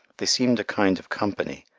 they seemed a kind of company,